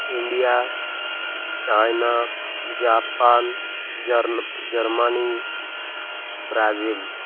India China Japan Germany Brazil